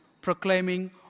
proclaiming